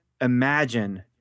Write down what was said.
imagine